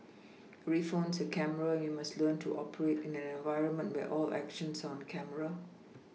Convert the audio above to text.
every phone is a camera and we must learn to operate in an environment where all actions are on camera